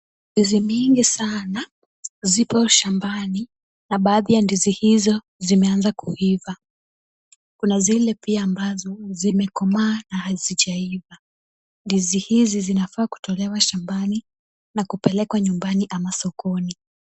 Ndizi mingi sana zipo shambani na baadhi ya ndizi hizo zimeanza kuiva. Kuna zile pia ambazo zimekomaa na hazijaiva. Ndizi hizi zinafaa kutolewa shambani na kupelekwa nyumbani au sokoni.